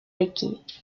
vikings